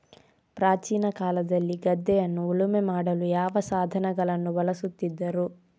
ಪ್ರಾಚೀನ ಕಾಲದಲ್ಲಿ ಗದ್ದೆಯನ್ನು ಉಳುಮೆ ಮಾಡಲು ಯಾವ ಸಾಧನಗಳನ್ನು ಬಳಸುತ್ತಿದ್ದರು?